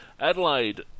Adelaide